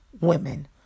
women